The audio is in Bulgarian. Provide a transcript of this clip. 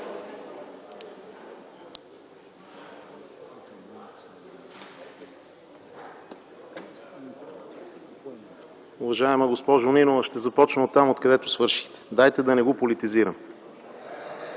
Уважаема госпожо Нинова! Ще започна оттам, откъдето свършихте. Дайте да не го политизираме!